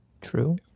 true